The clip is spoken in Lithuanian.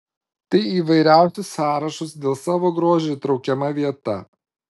tai į įvairiausius sąrašus dėl savo grožio įtraukiama vieta